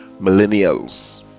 millennials